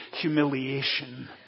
humiliation